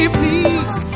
please